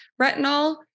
retinol